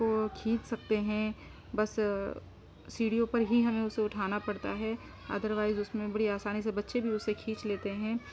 کو کھینچ سکتے ہیں بس سیڑھیوں پر ہی ہمیں اسے اٹھانا پڑتا ہے ادر وائیز اس میں بڑی آسانی سے بچے بھی اسے کھینچ لیتے ہیں